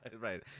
right